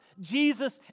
Jesus